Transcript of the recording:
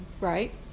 right